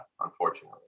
unfortunately